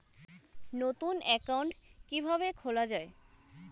নতুন একাউন্ট কিভাবে খোলা য়ায়?